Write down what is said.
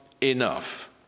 enough